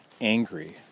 angry